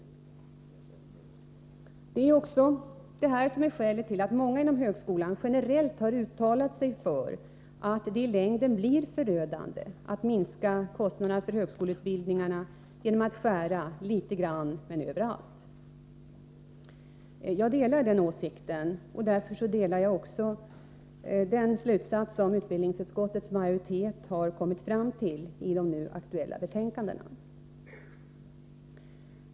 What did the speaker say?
Detta är också skälet till att många inom högskolan generellt har uttalat sig för att det i längden blir förödande att minska kostnaderna för högskoleutbildningarna genom att skära litet grand överallt. Jag delar den åsikten, och därför ansluter jag mig också till den slutsats som utbildningsutskottets majoritet har kommit fram till i de nu aktuella betänkandena.